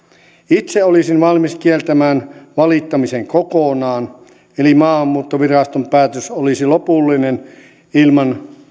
itse olisin valmis kieltämään valittamisen kokonaan eli maahanmuuttoviraston päätös olisi lopullinen ilman